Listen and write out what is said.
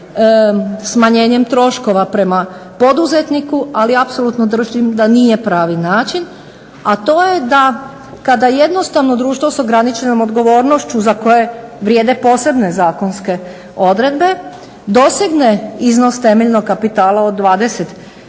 smanjenjem troškova prema poduzetniku, ali apsolutno držim da nije pravi način, a to je da kada jednostavno društvo s ograničenom odgovornošću za koje vrijede posebne zakonske odredbe dosegne iznos temeljnog kapitala od 20